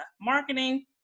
Marketing